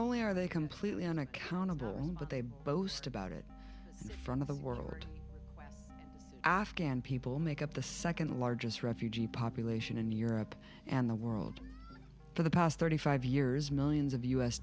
only are they completely unaccountable but they boast about it from the world afghan people make up the second largest refugee population in europe and the world for the past thirty five years millions of u